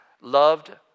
loved